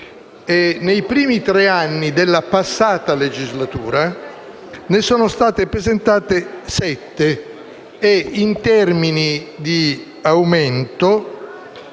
nei primi tre anni della passata legislatura ne sono state presentate sette. In termini di aumento